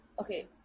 Okay